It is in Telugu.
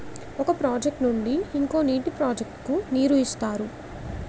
ఒక ప్రాజెక్ట్ నుండి ఇంకో నీటి ప్రాజెక్ట్ కు నీరు ఇస్తారు